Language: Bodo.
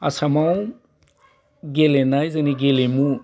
आसामाव गेलेनाय जोंनि गेलेमु